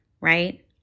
Right